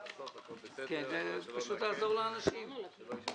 הצבעה בעד, פה אחד נגד, אין נמנעים, אין אושר.